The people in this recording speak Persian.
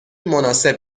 مناسب